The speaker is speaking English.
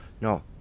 No